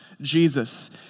Jesus